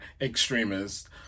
extremists